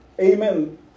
amen